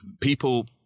people